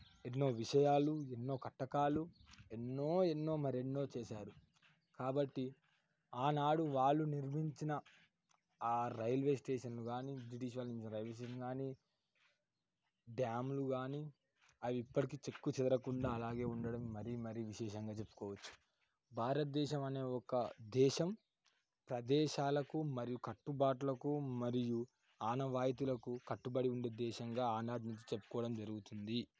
ఎన్నో విషయాలు ఎన్నో కట్టకాలు ఎన్నో ఎన్నో మరెన్నో చేశారు కాబట్టి ఆనాడు వాళ్లు నిర్మించిన ఆ రైల్వేస్టేషన్ కానీ ఇండివిజువల్ రైల్వే స్టేషన్ కానీ డ్యాములు కానీ అవి ఇప్పటికీ చెక్కుచెదరకుండా అలాగే ఉండడం మరీ మరీ విశేషంగా చెప్పుకోవచ్చు భారతదేశం అనే ఒక దేశం ప్రదేశాలకు మరియు కట్టుబాటులకు మరియు ఆనవాయితులకు కట్టుబడి ఉండే దేశంగా ఆనాటి నుంచి చెప్పుకోవడం జరుగుతుంది